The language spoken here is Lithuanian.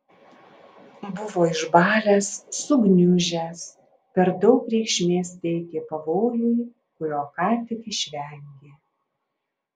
buvo išbalęs sugniužęs per daug reikšmės teikė pavojui kurio ką tik išvengė